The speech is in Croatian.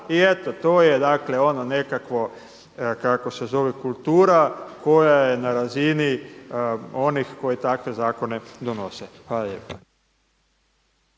i eto to je dakle ono nekakvo kako se zove kultura koja je na razini onih koji takve zakone donose. Hvala